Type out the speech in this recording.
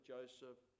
Joseph